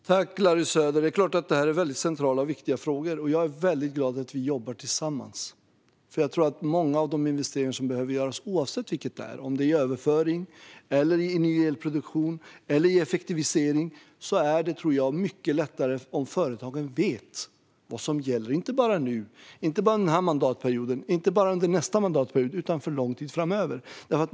Fru talman! Tack, Larry Söder! Det klart att detta är centrala och viktiga frågor, och jag är glad att vi jobbar tillsammans. Många av de investeringar som behövs, oavsett om det gäller överföring, ny elproduktion eller effektivisering, tror jag blir mycket lättare att göra om företagen vet vad som gäller, inte bara under denna och under nästa mandatperiod utan under lång tid framöver.